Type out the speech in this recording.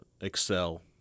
excel